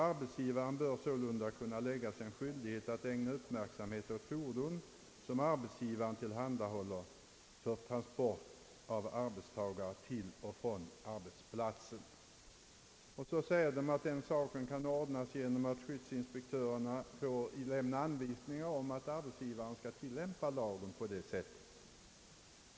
Arbetsgivaren bör sålunda kunna åläggas skyldighet att ägna uppmärksamhet åt fordon som han tillhandahåller för transport av arbetstagare till och från arbetsplatsen. Vidare säger styrelsen att detta kan ordnas genom att skyddsinspektörerna får lämna anvisningar om att arbetsgivaren skall tillämpa lagen så.